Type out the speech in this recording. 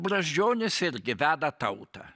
brazdžionis irgi veda tautą